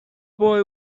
boy